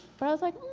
but i was like,